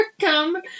come